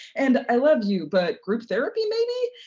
and i love you, but group therapy maybe?